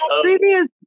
previous